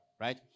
right